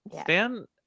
stan